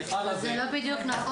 סליחה על הזה --- אבל זה לא בדיוק נכון,